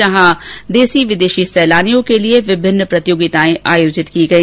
जहां देसी विदेशी सैलानियों के लिए विभिन्न प्रतियोगिताएं आयोजित की गई